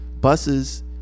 Buses